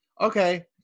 Okay